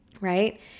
right